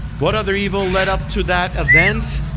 what other evil led up to that event?